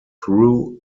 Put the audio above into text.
through